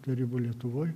tarybų lietuvoj